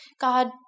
God